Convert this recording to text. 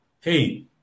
hey